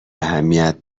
اهمیت